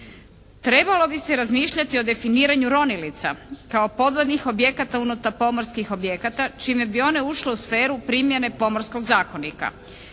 Trebalo bi se razmišljati o definiranju ronilica kao podvodnih objekata unutar pomorskih objekata čime bi one ušle u sferu primjene Pomorskog zakonika.